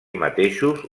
mateixos